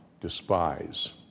despise